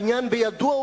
וידוע שהעניין רגיש,